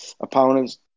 opponents